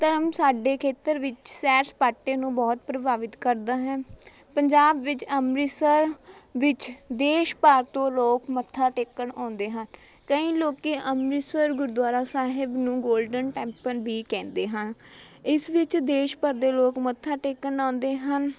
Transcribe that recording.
ਧਰਮ ਸਾਡੇ ਖੇਤਰ ਵਿੱਚ ਸੈਰ ਸਪਾਟੇ ਨੂੰ ਬਹੁਤ ਪ੍ਰਭਾਵਿਤ ਕਰਦਾ ਹੈ ਪੰਜਾਬ ਵਿੱਚ ਅੰਮ੍ਰਿਤਸਰ ਵਿੱਚ ਦੇਸ਼ ਭਰ ਤੋਂ ਲੋਕ ਮੱਥਾ ਟੇਕਣ ਆਉਂਦੇ ਹਨ ਕਈ ਲੋਕ ਅੰਮ੍ਰਿਤਸਰ ਗੁਰਦੁਆਰਾ ਸਾਹਿਬ ਨੂੰ ਗੋਲਡਨ ਟੈਂਪਲ ਵੀ ਕਹਿੰਦੇ ਹਨ ਇਸ ਵਿੱਚ ਦੇਸ਼ ਭਰ ਦੇ ਲੋਕ ਮੱਥਾ ਟੇਕਣ ਆਉਂਦੇ ਹਨ